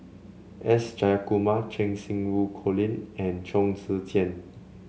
S Jayakumar Cheng Xinru Colin and Chong Tze Chien